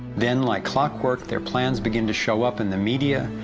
then, like clockwork, their plans begin to show up in the media,